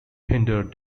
hindered